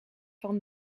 van